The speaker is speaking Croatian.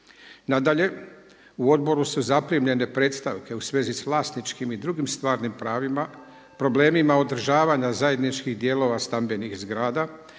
Nadalje, u Odboru su zaprimljene predstavke u svezi sa vlasničkim i drugim stvarnim pravima, problemima održavanja zajedničkih dijelova stambenih zgrada